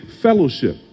fellowship